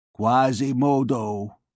Quasimodo